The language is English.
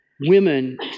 women